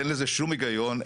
אין לזה שום הגיון.